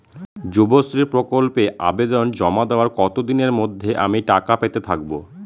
যুবশ্রী প্রকল্পে আবেদন জমা দেওয়ার কতদিনের মধ্যে আমি টাকা পেতে থাকব?